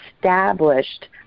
established